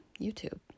YouTube